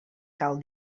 cal